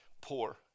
poor